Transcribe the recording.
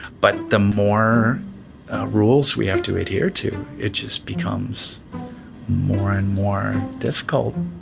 but the more rules we have to adhere to, it just becomes more and more difficult.